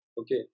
okay